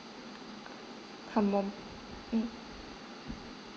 her mom mm